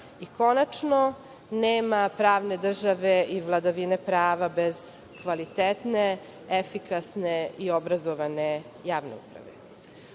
i, konačno, nema pravne države i vladavine prava bez kvalitetne, efikasne i obrazovane javne uprave. Uz